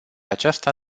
aceasta